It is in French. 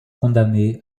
condamné